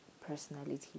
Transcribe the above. personality